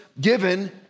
given